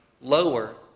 lower